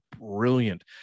brilliant